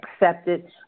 accepted